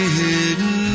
hidden